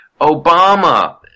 Obama